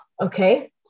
Okay